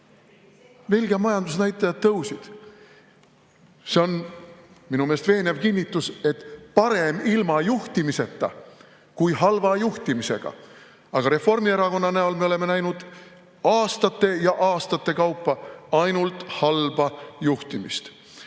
Belgia majandusnäitajad tõusid! See on minu meelest veenev kinnitus, et parem ilma juhtimiseta kui halva juhtimisega. Aga Reformierakonna [valitsuses] me oleme näinud aastate kaupa ainult halba juhtimist.